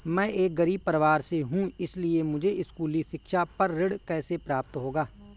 मैं एक गरीब परिवार से हूं इसलिए मुझे स्कूली शिक्षा पर ऋण कैसे प्राप्त होगा?